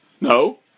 No